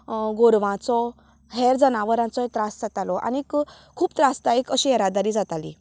गोरवांचो हेर जनावरांचोय त्रास जातालो आनी खूब त्रास दायीक अशें येरादारी जाताली